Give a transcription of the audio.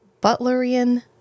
butlerian